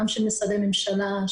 גם של משרדי ממשלה,